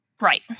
Right